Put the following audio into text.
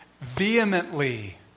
vehemently